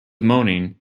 moaning